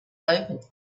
opened